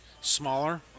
smaller